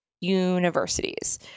universities